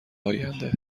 آینده